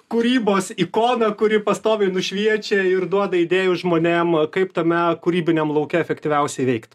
kūrybos ikona kuri pastoviai nušviečia ir duoda idėjų žmonėm kaip tame kūrybiniam lauke efektyviausiai veikti